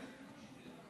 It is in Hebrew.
תפדלכ.